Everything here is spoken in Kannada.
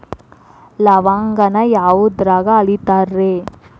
ಲವಂಗಾನ ಯಾವುದ್ರಾಗ ಅಳಿತಾರ್ ರೇ?